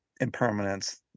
impermanence